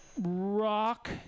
rock